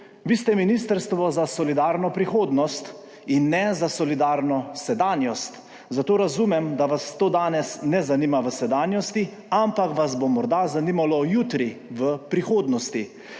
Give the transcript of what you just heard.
Vi ste Ministrstvo za solidarno prihodnost in ne za solidarno sedanjost, zato razumem, da vas to danes ne zanima v sedanjosti, ampak vas bo morda zanimalo jutri, v prihodnosti.